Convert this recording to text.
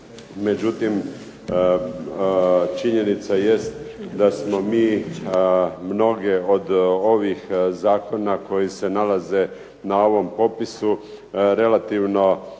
Međutim, činjenica jest da smo mi mnoge od ovih zakona koji se nalaze na ovom popisu relativno